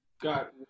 got